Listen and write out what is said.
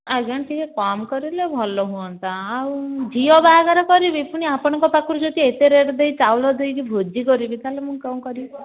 ଆଜ୍ଞା ଟିକିଏ କମ୍ କରିଲେ ଭଲ ହୁଅନ୍ତା ଆଉ ଝିଅ ବାହାଘର କରିବି ପୁଣି ଆପଣଙ୍କର ପାଖରୁ ଯଦି ଏତେ ରେଟ୍ ଦେଇ ଚାଉଳ ଦେଇକି ଯଦି ଭୋଜି କରିବି ତା'ହେଲେ ମୁଁ କ'ଣ କରିବି